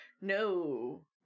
No